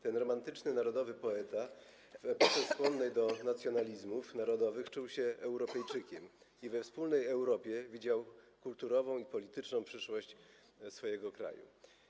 Ten romantyczny narodowy poeta w epoce skłonnej do nacjonalizmów narodowych czuł się Europejczykiem i we wspólnej Europie widział kulturową i polityczną przyszłość swojego kraju.